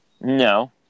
No